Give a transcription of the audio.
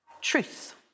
truth